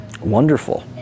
wonderful